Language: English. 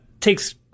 takes